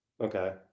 Okay